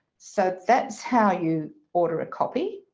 so that's how you order a copy.